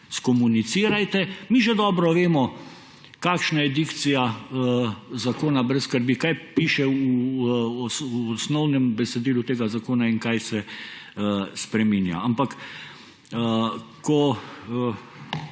skrbi, mi že dobro vemo, kakšna je dikcija zakona, kaj piše v osnovnem besedilu tega zakona in kaj se spreminja. Ampak ko